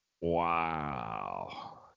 Wow